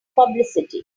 publicity